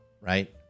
Right